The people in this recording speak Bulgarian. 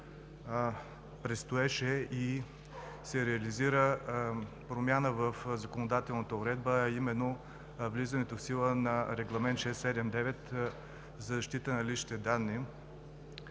предстоеше и се реализира промяната в законодателната уредба, а именно влизането в сила на Регламент № 679 за защита на личните данни,